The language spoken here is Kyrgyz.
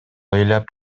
ыйлап